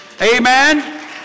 Amen